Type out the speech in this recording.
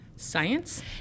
Science